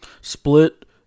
Split